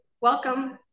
welcome